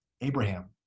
Abraham